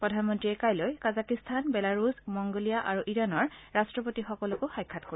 প্ৰধানমন্ত্ৰীয়ে কাইলৈ Kazakhstan Belarus Mongolia আৰু ইৰাণৰ ৰাষ্ট্ৰপতিসকলকো সাক্ষাৎ কৰিব